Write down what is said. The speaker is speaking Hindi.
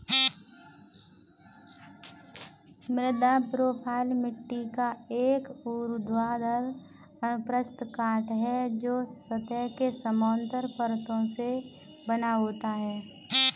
मृदा प्रोफ़ाइल मिट्टी का एक ऊर्ध्वाधर अनुप्रस्थ काट है, जो सतह के समानांतर परतों से बना होता है